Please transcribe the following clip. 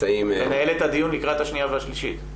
לנהל את הדיון לקראת הקריאה השנייה והשלישית?